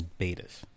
betas